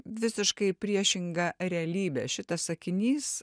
visiškai priešinga realybė šitas sakinys